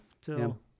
till